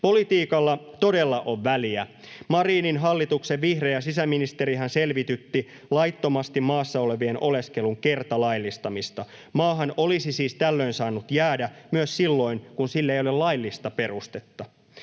Politiikalla todella on väliä. Marinin hallituksen vihreä sisäministerihän selvitytti laittomasti maassa olevien oleskelun kertalaillistamista. Maahan olisi siis tällöin saanut jäädä myös silloin, kun sille ei ole laillista perustetta.